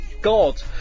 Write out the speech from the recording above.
God